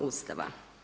Ustava.